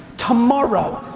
tomorrow,